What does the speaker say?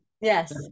yes